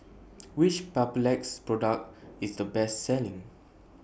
Which Papulex Product IS The Best Selling